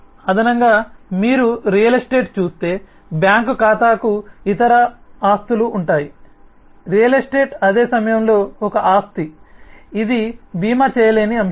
అదనంగా మీరు real estate చూస్తే బ్యాంక్ ఖాతాకు ఇతర ఇతర ఆస్తులు ఉంటాయి రియల్ ఎస్టేట్ అదే సమయంలో ఒక ఆస్తి ఇది భీమా చేయలేని అంశం